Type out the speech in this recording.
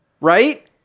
Right